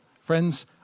Friends